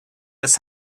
das